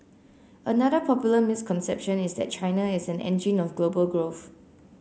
another popular misconception is that China is an engine of global growth